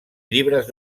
llibres